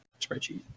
spreadsheet